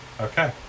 Okay